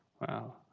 Wow